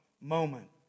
moment